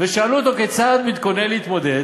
ושאלו אותו כיצד הוא מתכונן להתמודד